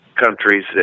countries